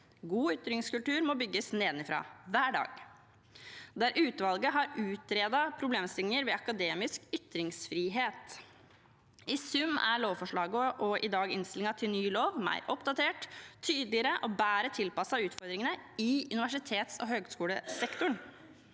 God ytringskultur må bygges nedenfra, hver dag», der utvalget har utredet problemstillinger ved akademisk ytringsfrihet. I sum er lovforslaget – og i dag innstillingen til ny lov – mer oppdatert, tydeligere og bedre tilpasset utfordringene i universitets- og høyskolesektoren.